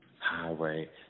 highway